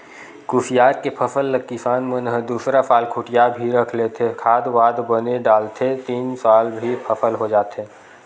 कुसियार के फसल ल किसान मन ह दूसरा साल खूटिया भी रख लेथे, खाद वाद बने डलथे त तीन साल भी फसल हो जाथे